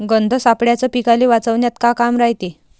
गंध सापळ्याचं पीकाले वाचवन्यात का काम रायते?